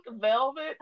velvet